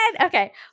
Okay